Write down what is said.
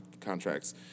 contracts